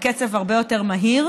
בקצב הרבה יותר מהיר.